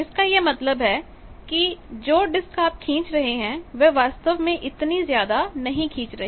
जिसका यह मतलब है कि जो डिस्क आप खींच रहे हैं वह वास्तव में इतनी ज्यादा नहीं खींच रही